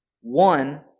One